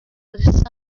with